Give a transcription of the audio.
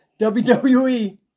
WWE